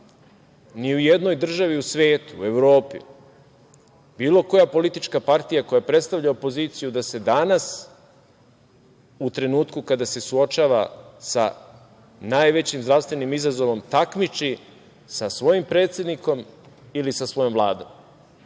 ni u jednoj državi u svetu, u Evropi, bilo koja politička partija koja predstavlja opoziciju da se danas, u trenutku kada se suočava sa najvećim zdravstvenim izazovom, takmiči sa svojim predsednikom ili sa svojom vladom,